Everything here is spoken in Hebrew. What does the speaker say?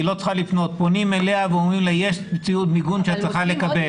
פונים אליה ואומרים לה שיש ציוד מיגון שהיא צריכה לקבל.